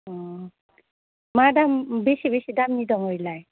अ मा दाम बेसे बेसे दामनि दं बेलाय